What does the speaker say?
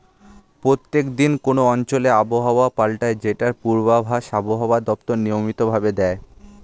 প্রত্যেক দিন কোন অঞ্চলে আবহাওয়া পাল্টায় যেটার পূর্বাভাস আবহাওয়া দপ্তর নিয়মিত ভাবে দেয়